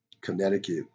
Connecticut